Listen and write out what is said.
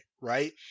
right